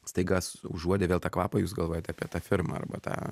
staiga užuodę vėl tą kvapą jūs galvojate apie tą firmą arba tą